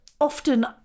often